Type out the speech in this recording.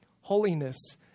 Holiness